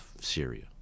Syria